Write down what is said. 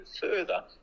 further